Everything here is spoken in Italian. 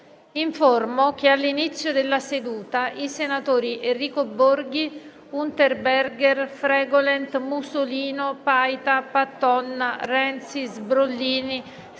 che all'inizio della seduta i senatori Enrico Borghi, Unterberger, Fregolent, Musolino, Paita, Patton, Renzi, Sbrollini, Scalfarotto